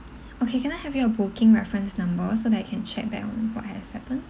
okay can I have your booking reference number so that I can check back on what has happened